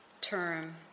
term